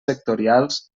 sectorials